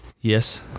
Yes